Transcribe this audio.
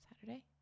Saturday